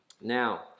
Now